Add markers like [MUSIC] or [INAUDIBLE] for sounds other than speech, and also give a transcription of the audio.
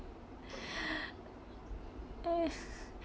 [LAUGHS]